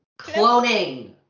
Cloning